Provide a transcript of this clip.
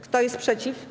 Kto jest przeciw?